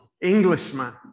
Englishman